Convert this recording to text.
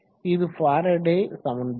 இது பாரெடே சமன்பாடு